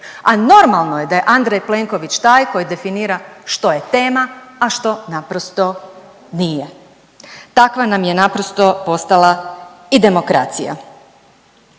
a normalno je da je Andrej Plenković taj koji definira što je tema, a što naprosto nije. Takva nam je naprosto postala i demokracija.